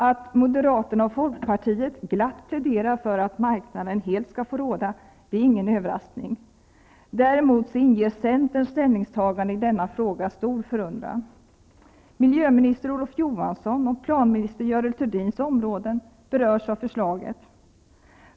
Att moderaterna och folkpartiet glatt pläderar för att marknaden helt skall få råda är ingen överraskning, däremot inger centerns ställningstagande i denna fråga stor förundran. Görel Thurdins områden berörs av förslaget.